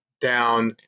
down